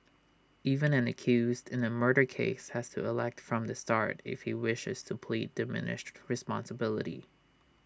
even an accused in A murder case has to elect from the start if you wishes to plead diminished responsibility